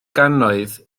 gannoedd